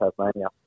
Tasmania